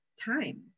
time